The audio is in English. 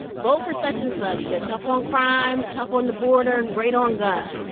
vote for such and such. they're tough on crime, tough on the border, great on guns.